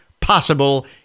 possible